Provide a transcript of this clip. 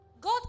God